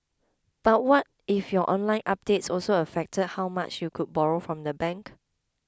but what if your online updates also affected how much you could borrow from the bank